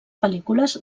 pel·lícules